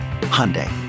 hyundai